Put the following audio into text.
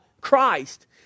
Christ